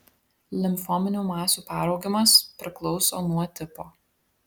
limfominių masių peraugimas priklauso nuo tipo